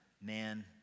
man